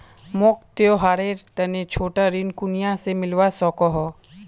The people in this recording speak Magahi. मोक त्योहारेर तने छोटा ऋण कुनियाँ से मिलवा सको हो?